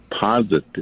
positive